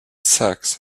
sacks